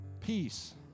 Peace